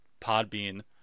Podbean